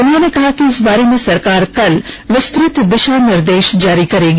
उन्होंने कहा कि इस बारे में सरकार कल विस्तृत दिशा निर्देश जारी करेगी